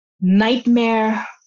nightmare